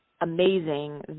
amazing